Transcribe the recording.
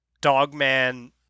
Dogman